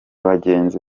bagenzi